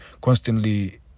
constantly